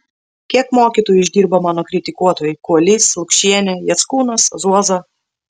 kiek mokytoju išdirbo mano kritikuotojai kuolys lukšienė jackūnas zuoza